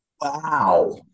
Wow